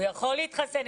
הוא יכול להתחסן.